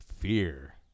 Fear